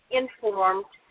informed